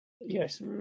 Yes